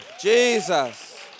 Jesus